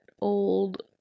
old